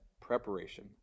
preparation